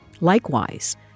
Likewise